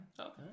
Okay